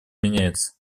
меняется